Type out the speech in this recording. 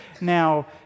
Now